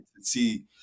see